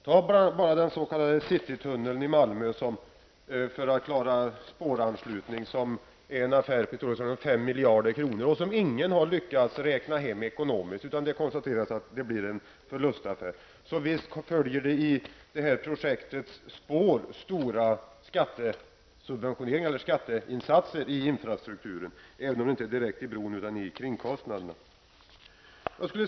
Se bara på den s.k. citytunneln i Malmö som skall byggas för att klara spåranslutningen och som är en affär i storleksordningen 5 miljarder kronor. Ingen har lyckats räkna hem det ekonomiskt, utan det har konstaterats att tunneln kommer att bli en förlustaffär. Visst följer det i projektets spår stora skatteinsatser i infrastrukturen, även om det inte gäller direkt bron utan kringkostnaderna.